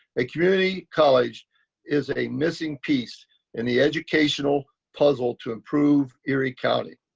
a community college is a missing piece in the educational puzzle to improve erie county,